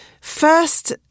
First